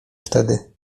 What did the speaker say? wtedy